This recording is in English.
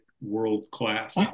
world-class